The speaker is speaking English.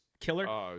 killer